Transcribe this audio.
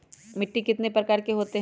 मिट्टी कितने प्रकार के होते हैं?